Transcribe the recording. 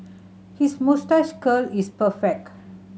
his moustache curl is perfect